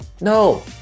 no